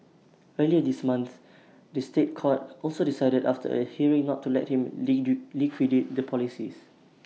earlier this month the State Court also decided after A hearing not to let him liquidate the policies